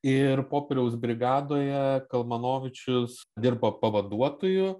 ir popieriaus brigadoje kalmanovičius dirbo pavaduotoju